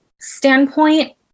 standpoint